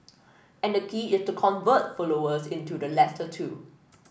and the key is to convert followers into the latter two